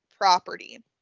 property